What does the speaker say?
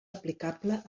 aplicable